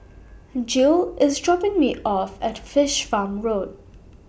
Gil IS dropping Me off At Fish Farm Road